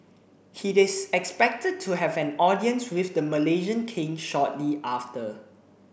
he is expected to have an audience with the Malaysian King shortly after